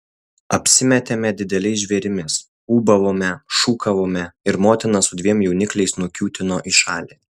apsimetėme dideliais žvėrimis ūbavome šūkavome ir motina su dviem jaunikliais nukiūtino į šalį